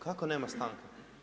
Kako nema stanke?